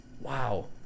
Wow